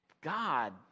God